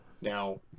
Now